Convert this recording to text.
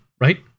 right